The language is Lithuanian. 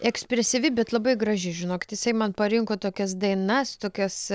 ekspresyvi bet labai graži žinokit jisai man parinko tokias dainas tokias